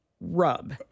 rub